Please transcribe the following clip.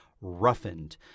roughened